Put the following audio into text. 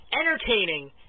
entertaining